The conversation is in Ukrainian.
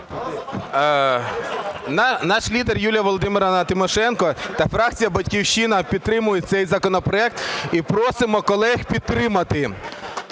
наш лідер Юлія Володимирівна Тимошенко та фракція "Батьківщина" підтримують цей законопроект і просимо колег підтримати.